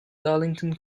darlington